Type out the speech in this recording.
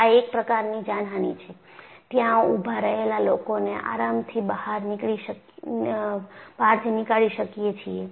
આ એક પ્રકારની જાનહાની છે ત્યાં ઊભા રહેલા લોકોને આરામ થી બહાર નીકાળી શકીએ છીએ